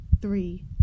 three